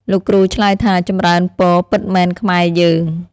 លោកគ្រូឆ្លើយថា "ចម្រើនពរ! ពិតមែនខ្មែរយើង"។